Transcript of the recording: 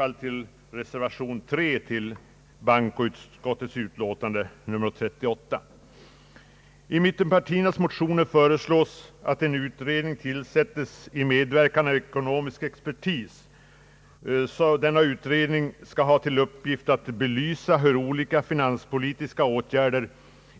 att en utredning tillsättes, som under medverkan av expertis får till uppgift att belysa hur olika finanspolitiska åtgärder